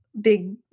big